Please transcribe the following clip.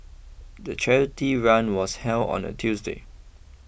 the charity run was held on a Tuesday